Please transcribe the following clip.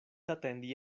atendi